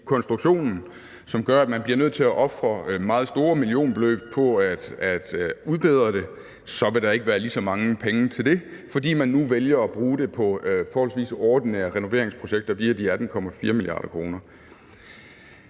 konstruktionen, som gør, at man bliver nødt til at ofre meget store millionbeløb på at udbedre det, så vil der ikke være lige så mange penge til det, fordi man nu vælger at bruge dem på forholdsvis ordinære renoveringsprojekter via de 18,4 mia. kr.